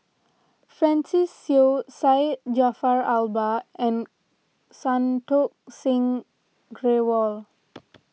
Francis Seow Syed Jaafar Albar and Santokh Singh Grewal